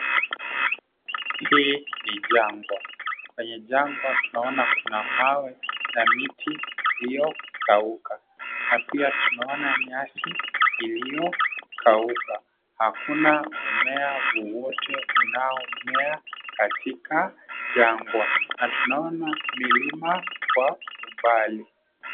Hii ni jangwa. Kwenye jangwa tunaona kuna mawe na miti iliyokauka na pia tunaona nyasi iliyokauka. Hakuna mmea wowote unaomea katika jangwa na tunaona milima kwa umbali.